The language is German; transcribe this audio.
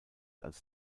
als